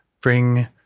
bring